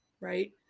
right